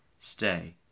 stay